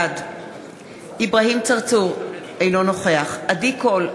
בעד אברהים צרצור, אינו נוכח עדי קול,